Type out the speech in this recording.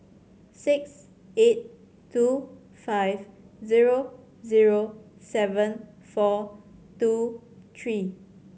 six eight two five zero zero seven four two three